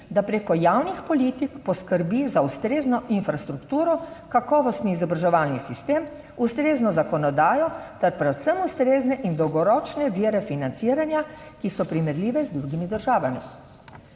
da preko javnih politik poskrbi za ustrezno infrastrukturo, kakovostni izobraževalni sistem, ustrezno zakonodajo ter predvsem ustrezne in dolgoročne vire financiranja, ki so primerljive z drugimi državami.